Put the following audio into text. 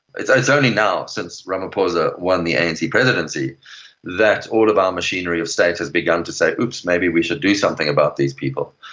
it's it's only now since ramaphosa won the anc presidency that all of our machinery of state has begun to say, oops, maybe we should do something about these people.